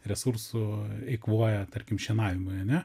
resursų eikvoja tarkim šienavimui ane